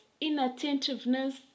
inattentiveness